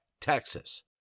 Texas